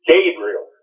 Gabriel